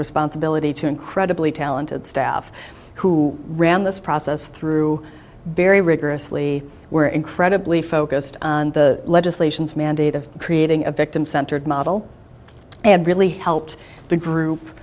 responsibility to incredibly talented staff who ran this process through very rigorously were incredibly focused on the legislation's mandate of creating a victim centered model and really helped the group